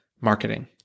marketing